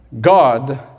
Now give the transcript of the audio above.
God